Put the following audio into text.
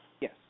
Yes